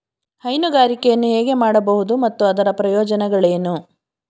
ಹೈನುಗಾರಿಕೆಯನ್ನು ಹೇಗೆ ಮಾಡಬಹುದು ಮತ್ತು ಅದರ ಪ್ರಯೋಜನಗಳೇನು?